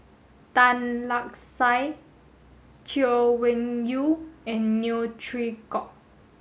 Tan Lark Sye Chay Weng Yew and Neo Chwee Kok